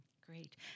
Great